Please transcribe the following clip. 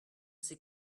ces